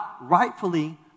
rightfully